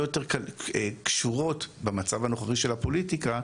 יותר קשורות במצב הנוכחי של הפוליטיקה,